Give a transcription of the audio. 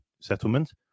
settlement